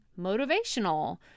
motivational